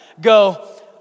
go